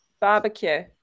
barbecue